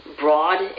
broad